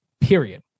period